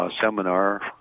seminar